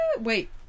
Wait